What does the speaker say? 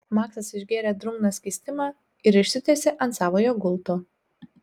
maksas išgėrė drungną skystimą ir išsitiesė ant savojo gulto